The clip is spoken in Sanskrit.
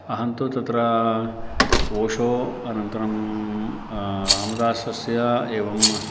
अहं तु तत्र पोषणम् अनन्तरं रामदासस्य एवम्